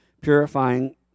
purifying